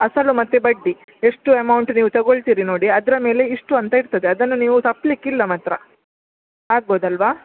ಅಸಲು ಮತ್ತೆ ಬಡ್ಡಿ ಎಷ್ಟು ಅಮೌಂಟ್ ನೀವು ತಗೋಳ್ತಿರಿ ನೋಡಿ ಅದರ ಮೇಲೆ ಇಷ್ಟು ಅಂತ ಇರ್ತದೆ ಅದನ್ನು ನೀವು ತಪ್ಪಲಿಕ್ಕಿಲ್ಲ ಮಾತ್ರ ಆಗ್ಬೋದಲ್ಲವಾ